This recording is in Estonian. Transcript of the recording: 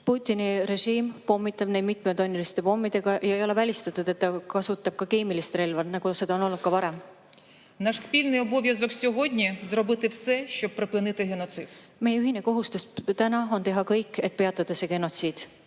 Putini režiim, pommitamine mitmetonniste pommidega, ja ei ole välistatud, et ta kasutab ka keemilist relva, nagu seda on olnud varem – meie ühine kohustus täna on teha kõik, et peatada genotsiid.